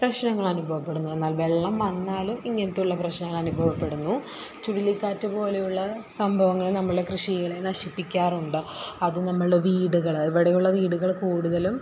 പ്രശ്നങ്ങൾ അനുഭവപ്പെടുന്നു എന്നാൽ വെള്ളം വന്നാലും ഇങ്ങനത്തെയുള്ള പ്രശ്നങ്ങൾ അനുഭവപ്പെടുന്നു ചുഴലിക്കാറ്റ് പോലെയുള്ള സംഭവങ്ങൾ നമ്മളെ കൃഷികളെ നശിപ്പിക്കാറുണ്ട് അത് നമ്മളുടെ വീടുകൾ ഇവിടെയുള്ള വീടുകൾ കൂടുതലും